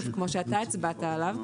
כמו שאתה הצבעת עליו,